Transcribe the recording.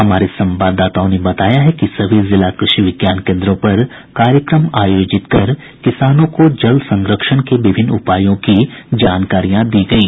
हमारे संवाददाताओं ने बताया है कि सभी जिला कृषि विज्ञान केन्द्रों पर कार्यक्रम आयोजित कर किसानों को जल संरक्षण के विभिन्न उपायों की जानकारियां दी गयी